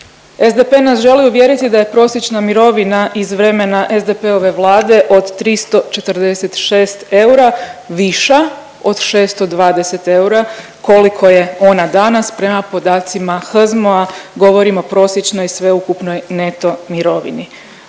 SDP nas želi uvjeriti da je prosječna mirovina iz vremena SDP-ove Vlade od 346 eura viša od 620 eura koliko je ona danas prema podacima HZMO-a, govorim o prosječnoj sveukupnoj neto mirovini.